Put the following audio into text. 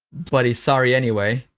but he's sorry anyway.